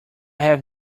have